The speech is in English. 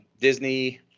Disney